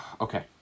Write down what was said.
okay